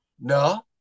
no